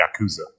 Yakuza